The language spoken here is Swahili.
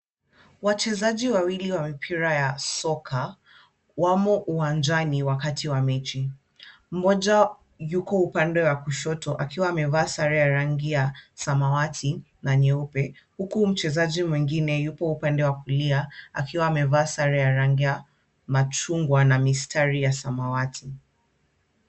Wachezaji wawili wa mpira wa soka wamo uwanjani wakati wa mechi, mmoja yuko upande wa kushoto akiwa amevaa sare ya rangi ya samawati na nyeupe, huku mchezaji mwingine yupo upande wa kulia akiwa amevaa sare ya rangi ya machungwa na mistari ya samawati.